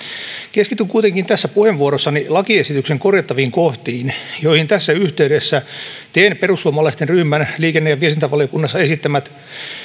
keskityn kuitenkin tässä puheenvuorossani lakiesityksen korjattaviin kohtiin joihin tässä yhteydessä teen perussuomalaisten ryhmän liikenne ja viestintävaliokunnassa esittämän